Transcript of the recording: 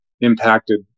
impacted